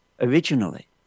originally